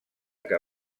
que